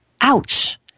Ouch